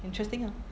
interesting hor